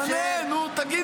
תענה, נו, תגיד לי.